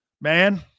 Man